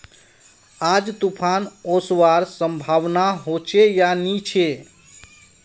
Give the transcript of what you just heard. आज तूफ़ान ओसवार संभावना होचे या नी छे?